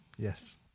Yes